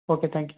okay thank you